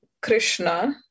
Krishna